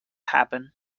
happen